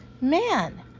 Man